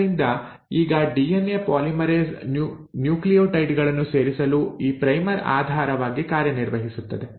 ಆದ್ದರಿಂದ ಈಗ DNA polymerase nucleotide ಗಳನ್ನು ಸೇರಿಸಲು ಈ ಪ್ರೈಮರ್ ಆಧಾರವಾಗಿ ಕಾರ್ಯನಿರ್ವಹಿಸುತ್ತದೆ